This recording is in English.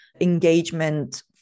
engagement